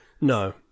no